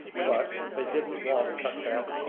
but they didn't want to cut that